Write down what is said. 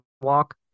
walk